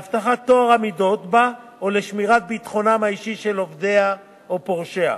להבטחת טוהר המידות בה או לשמירת ביטחונם האישי של עובדיה או פורשיה.